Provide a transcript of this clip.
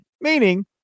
Meaning